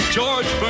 George